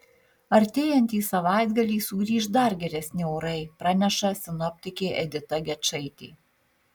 artėjantį savaitgalį sugrįš dar geresni orai praneša sinoptikė edita gečaitė